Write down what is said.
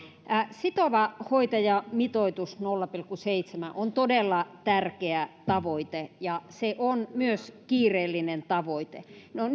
sitova hoitajamitoitus nolla pilkku seitsemän on todella tärkeä tavoite ja se on myös kiireellinen tavoite no